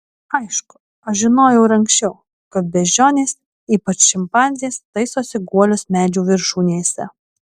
aišku aš žinojau ir anksčiau kad beždžionės ypač šimpanzės taisosi guolius medžių viršūnėse